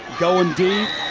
going deep.